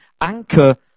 anchor